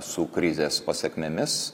su krizės pasekmėmis